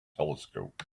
telescope